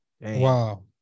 Wow